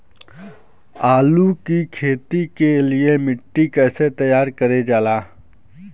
आलू की खेती के लिए मिट्टी कैसे तैयार करें जाला?